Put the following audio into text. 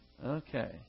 Okay